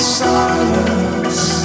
silence